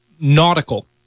Nautical